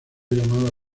llamado